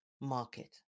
market